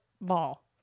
ball